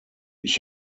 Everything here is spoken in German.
ich